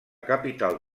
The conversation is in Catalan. capital